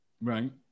Right